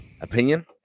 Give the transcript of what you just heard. opinion